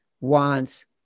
wants